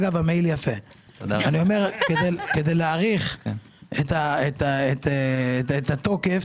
כדי להאריך את התוקף,